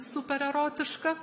super erotiška